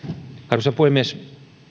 arvoisa puhemies